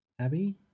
Abby